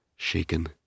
Shaken